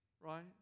right